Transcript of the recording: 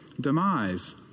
demise